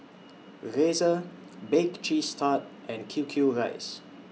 Razer Bake Cheese Tart and Q Q Rice